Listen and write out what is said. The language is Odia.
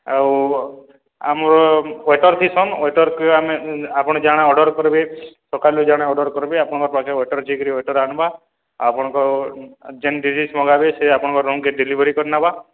ଆଉ ଆମର ୱେଟର୍ ଥିସନ୍ ୱେଟର୍କୁ ଆମେ ଆପଣ୍ ଜାଣା ଅର୍ଡ଼ର୍ କର୍ବେ ସକାଳୁ ଜାଣା ଅର୍ଡ଼ର୍ କର୍ବେ ଆପଣଙ୍କର୍ ପାଖେ ୱେଟର୍ ଯାଇକିରି ୱେଟର୍ ଆନ୍ବା ଆପଣଙ୍କର୍ ଯେନ୍ ଡିସେସ୍ ମଗାବେ ସେ ଆପଣଙ୍କର୍ ରୁମ୍କେ ଡେଲିଭରି କରି ନେବା